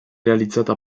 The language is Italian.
realizzata